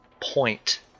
point